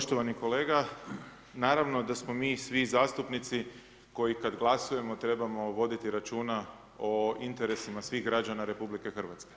Poštovani kolega, naravno da smo mi svi zastupnici koji kada glasujemo, trebamo voditi računa o interesima svih građana RH.